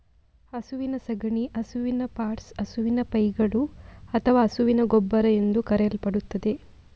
ಹಸುವಿನ ಸಗಣಿ ಹಸುವಿನ ಪಾಟ್ಸ್, ಹಸುವಿನ ಪೈಗಳು ಅಥವಾ ಹಸುವಿನ ಗೊಬ್ಬರ ಎಂದೂ ಕರೆಯಲ್ಪಡುತ್ತದೆ